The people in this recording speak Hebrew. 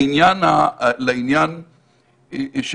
לעניין של